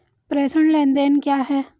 प्रेषण लेनदेन क्या है?